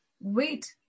wait